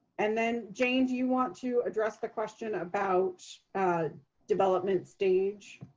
and then jane, do you want to address the question about development stage?